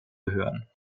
gehören